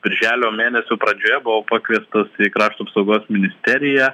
birželio mėnesio pradžioje buvau pakviestas į krašto apsaugos ministeriją